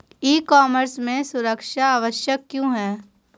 ई commerce में सुरक्षा आवश्यक क्यों है?